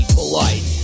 polite